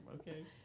Okay